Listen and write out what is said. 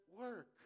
work